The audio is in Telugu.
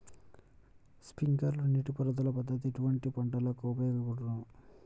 స్ప్రింక్లర్ నీటిపారుదల పద్దతి ఎటువంటి పంటలకు ఉపయోగపడును?